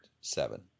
Seven